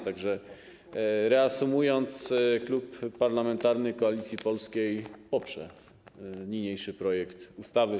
Tak że, reasumując, Klub Parlamentarny Koalicja Polska poprze niniejszy projekt ustawy.